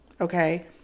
Okay